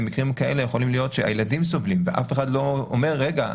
במקרים כאלה יכול להיות שהילדים סובלים ואף אחד לא אומר: רגע,